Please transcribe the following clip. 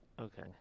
okay